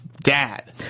dad